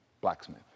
blacksmith